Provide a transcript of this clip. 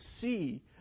see